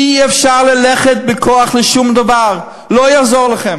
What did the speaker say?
אי-אפשר ללכת בכוח בשום דבר, לא יעזור לכם.